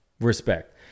respect